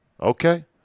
Okay